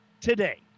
today